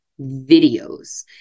videos